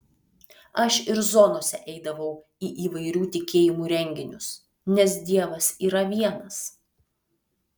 aš ir zonose eidavau į įvairių tikėjimų renginius nes dievas yra vienas